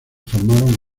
formaron